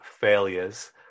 failures